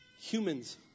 humans